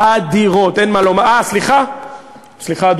אדירות, אין מה לומר.